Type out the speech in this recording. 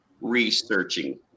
researching